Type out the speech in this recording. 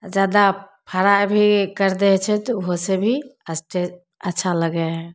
जादा फ्राइ भी करि दै छै तऽ उहोसँ भी अच्छा लगय हइ